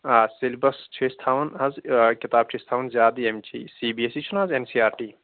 آ سیلبَس چھِ أسۍ تھاوان اَز آ کِتاب چھِ أسۍ تھاوان زیادٕ ییٚمہِ چہِ سی بی ایس سی چھُناہ حظ این سی آر ٹی